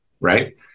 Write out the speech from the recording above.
right